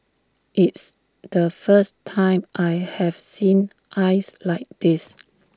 it's the first time I have seen ice like this